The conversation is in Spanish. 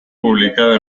publicada